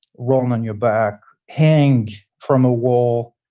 roll um on your back, hang from a wall,